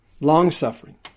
long-suffering